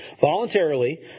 voluntarily